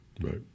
Right